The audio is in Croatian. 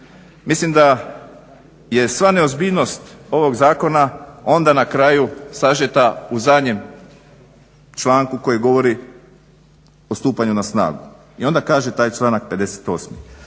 Mislim da je sva neozbiljnost ovog zakona onda na kaju sažeta u zadnjem članku koji govori o stupanju na snagu. I onda kaže taj članak 58.